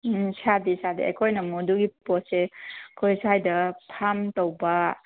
ꯎꯝ ꯁꯥꯗꯦ ꯁꯥꯗꯦ ꯑꯩꯈꯣꯏꯅ ꯑꯗꯨꯒꯤ ꯑꯃꯨꯛ ꯄꯣꯠꯁꯦ ꯑꯩꯈꯣꯏ ꯁ꯭ꯋꯥꯏꯗ ꯐꯥꯝ ꯇꯧꯕ